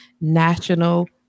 National